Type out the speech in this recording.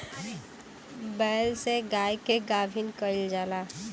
बैल से गाय के गाभिन कइल जाला